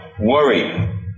worry